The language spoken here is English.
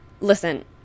Listen